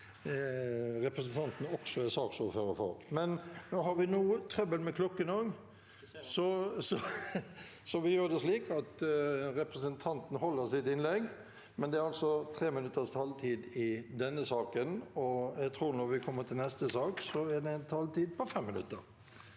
representanten også er ordfører for. Nå har vi noe trøbbel med klokken også, så vi gjør det slik at representanten holder sitt innlegg. Det er 3 minutter taletid i denne saken, og når vi kommer til neste sak, er det en taletid på 5 minutter.